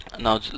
Now